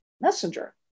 messenger